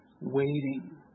waiting